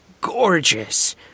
gorgeous